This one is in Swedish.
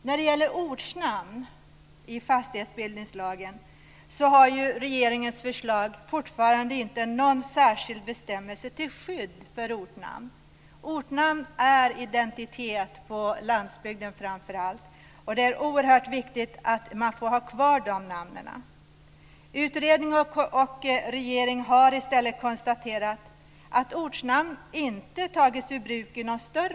När det gäller ortnamn i fastighetsbildningslagen vill jag peka på att regeringens förslag inte innehåller någon särskild bestämmelse till skydd för ortnamn. Ortnamn ger identitet, framför allt på landsbygden, och det är oerhört viktigt att man får ha ortnamnen kvar. Utredningen och regeringen har i stället konstaterat att ortnamn inte i någon större utsträckning har tagits i bruk.